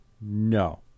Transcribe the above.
no